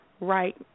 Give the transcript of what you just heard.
right